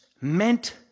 meant